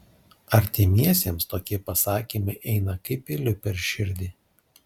artimiesiems tokie pasakymai eina kaip peiliu per širdį